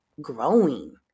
growing